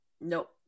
Nope